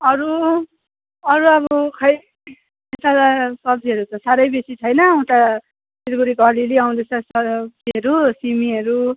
अरू अरू अब खै सब्जीहरू त साह्रै बेसी छैन उता सिलगढीको अलिअलि आउँदैछ सब्जीहरू सिमीहरू